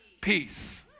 Peace